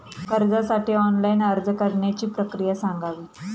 कर्जासाठी ऑनलाइन अर्ज करण्याची प्रक्रिया सांगावी